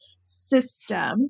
system